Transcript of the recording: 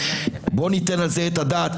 בואו ניתן על זה את הדעת,